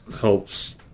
helps